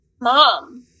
mom